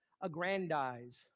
aggrandize